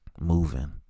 moving